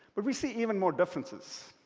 but we see even more differences.